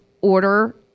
order